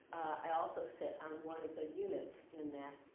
i also sit on one of the units in that.